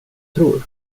tror